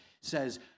says